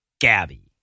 Gabby